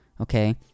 okay